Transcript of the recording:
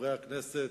חברי הכנסת,